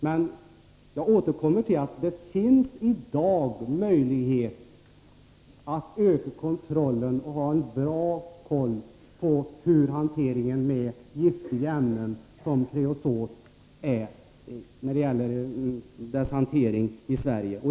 Men jag vill återkomma till att det i dag finns möjlighet att öka kontrollen — och ha en bra koll på hur hanteringen med giftiga ämnen, som kreosot, går till i Sverige.